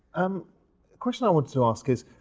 um a question i want to ask is,